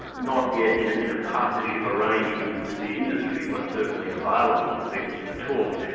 not yet in in a partnership arrangement with the industry, but certainly available to people to talk.